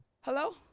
Hello